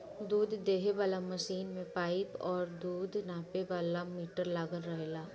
दूध दूहे वाला मशीन में पाइप और दूध नापे वाला मीटर लागल रहेला